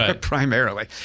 primarily